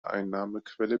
einnahmequelle